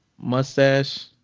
Mustache